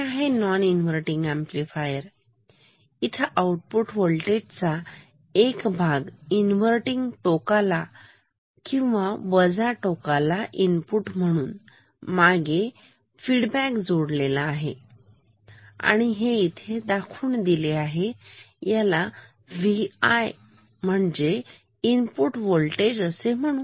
हे आहे non inverting amplifier इथे आउटपुट व्होल्टेज चा एक भाग इन्वर्तींग टोकाला किंवा वजा टोकाला इनपुट म्हणून परत मागे फीडबॅक जोडलेला आहे आणि हे इथे दाखवून दिले आहे त्याला व्ही आय असे म्हणू